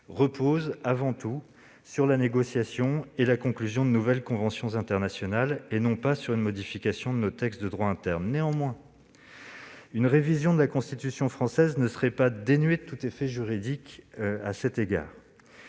reposent, avant tout, sur la négociation et la conclusion de nouvelles conventions internationales, et non pas sur une modification de nos textes de droit interne. Néanmoins, une révision de la Constitution française ne serait pas dénuée de tout effet juridique à cet égard.